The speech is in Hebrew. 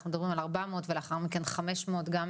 אנחנו מדברים על 400 ולאחר מכן 500 ניידות